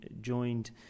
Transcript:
joined